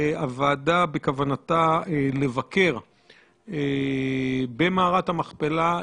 בכוונת הוועדה לבקר במערת המכפלה,